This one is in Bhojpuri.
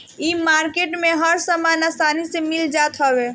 इ मार्किट में हर सामान आसानी से मिल जात हवे